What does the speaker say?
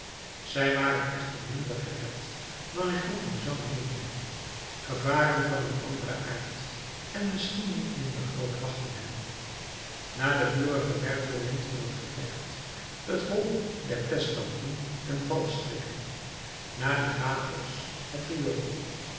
zij waren echter minder gered dan jean valjean meende gevaren van een anderen aard en misschien niet minder groot wachtten hen na den vurigen wervelwind van het gevecht het hol der pestdampen en valstrikken na den chaos het riool